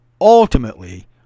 ultimately